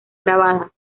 grabadas